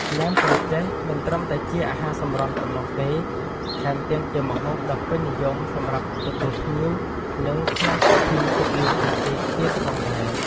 ណែមក្រចេះ មិនត្រឹមតែជាអាហារសម្រន់ប៉ុណ្ណោះទេ ថែមទាំងជាមុខម្ហូបដ៏ពេញនិយមសម្រាប់ទទួលភ្ញៀវ និងក្នុងពិធីជប់លៀងផ្សេងៗទៀតផងដែរ។